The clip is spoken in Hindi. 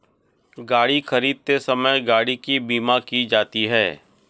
गाड़ी खरीदते समय गाड़ी की बीमा की जाती है